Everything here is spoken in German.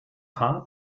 paar